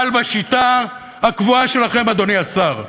אבל בשיטה הקבועה שלכם, אדוני השר,